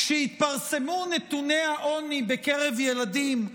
כשהתפרסמו נתוני העוני בקרב ילדים,